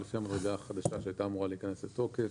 שזאת המדרגה החדשה שהייתה אמורה להיכנס לתוקף.